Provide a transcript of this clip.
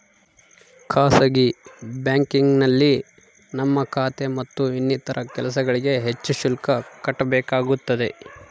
ಖಾಸಗಿ ಬ್ಯಾಂಕಿಂಗ್ನಲ್ಲಿ ನಮ್ಮ ಖಾತೆ ಮತ್ತು ಇನ್ನಿತರ ಕೆಲಸಗಳಿಗೆ ಹೆಚ್ಚು ಶುಲ್ಕ ಕಟ್ಟಬೇಕಾಗುತ್ತದೆ